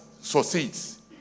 succeeds